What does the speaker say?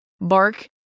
Bark